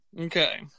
Okay